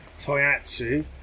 toyatsu